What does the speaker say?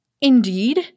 Indeed